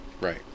Right